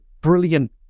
brilliant